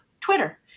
Twitter